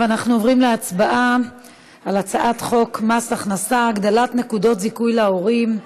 ואנחנו עוברים להצבעה על הצעת חוק מס הכנסה (הגדלת נקודות זיכוי להורים)